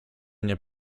nie